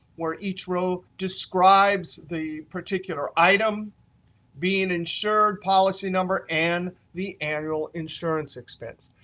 where each row describes the particular item being insured, policy number, and the annual insurance expense.